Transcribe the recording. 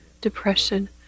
depression